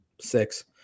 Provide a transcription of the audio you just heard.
six